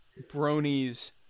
bronies